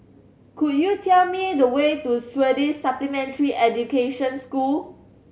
could you tell me the way to Swedish Supplementary Education School